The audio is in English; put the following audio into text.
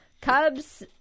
Cubs